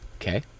Okay